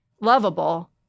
lovable